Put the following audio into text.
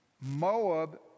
Moab